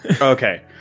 Okay